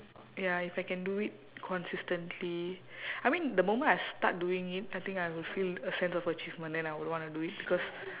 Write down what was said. ya if I can do it consistently I mean the moment I start doing it I think I will feel a sense of achievement then I would wanna do it because